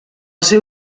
seu